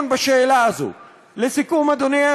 לטענות?